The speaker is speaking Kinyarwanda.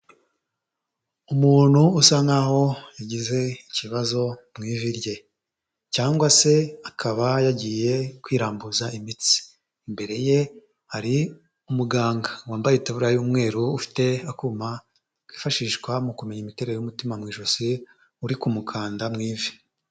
Umuntu usa nkaho yagize ikibazo mu ivi rye cyangwa se akaba yagiye kwirambuza imitsi, imbere ye hari umuganga wambaye itaburiya y'umweru, ufite akuma kifashishwa mu kumenya imiterere y'umutima mu ijosi, uri kumukanda mu ivi.